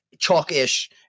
Chalk-ish